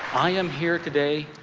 i am here today